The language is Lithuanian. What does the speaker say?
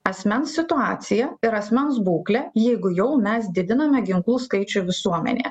asmens situaciją ir asmens būklę jeigu jau mes didiname ginklų skaičių visuomenėje